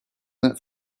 that